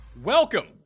Welcome